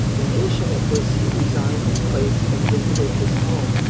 impatient at this, he resigned his place, and visited his home,